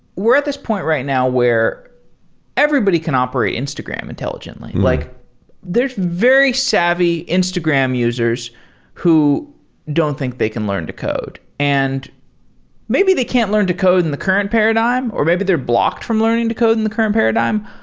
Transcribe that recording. we're at this point right now where everybody can operate instagram intelligently. like there's a very savvy instagram users who don't think they can learn to code. and maybe they can't learn to code in the current paradigm or maybe they're blocked from learning to code in the current paradigm,